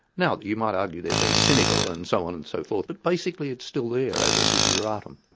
now you might argue they're being cynical and so on and so forth, but basically it's still there as a desideratum.